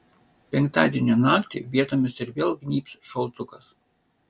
penktadienio naktį vietomis ir vėl gnybs šaltukas